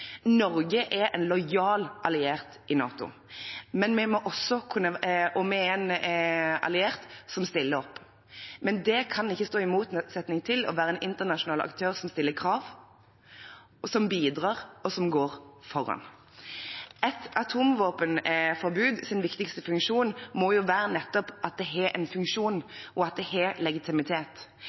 Norge er en lojal alliert i NATO og en alliert som stiller opp. Men det kan ikke stå i motsetning til det å være en internasjonal aktør som stiller krav, som bidrar, og som går foran. Et atomvåpenforbuds viktigste funksjon må nettopp være at det har en funksjon, og at det har legitimitet.